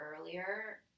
earlier